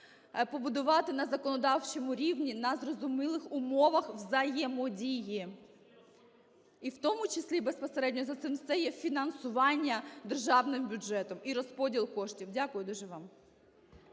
побудувати на законодавчому рівні на зрозумілих умовах взаємодії. І в тому числі безпосередньо за цим стає фінансування державним бюджетом і розподіл коштів. Дякую дуже вам.